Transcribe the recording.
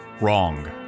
Wrong